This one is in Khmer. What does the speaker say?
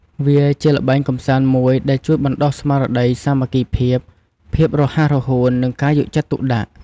វាជាល្បែងកម្សាន្តមួយដែលជួយបណ្តុះស្មារតីសាមគ្គីភាព ភាពរហ័សរហួន និងការយកចិត្តទុកដាក់។